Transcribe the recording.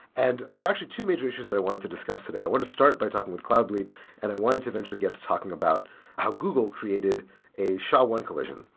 and there are actually two major issues that i wanted to discuss today. i want to start by talking with cloudbleed and i wanted to eventually get to talking about how google created a sha one collision.